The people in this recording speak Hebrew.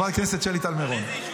על מי?